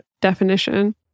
definition